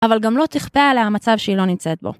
אבל גם לא תכפה עליה מצב שהיא לא נמצאת בו.